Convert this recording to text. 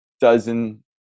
dozen